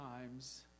times